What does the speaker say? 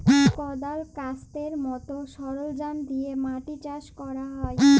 কদাল, ক্যাস্তের মত সরলজাম দিয়ে মাটি চাষ ক্যরা হ্যয়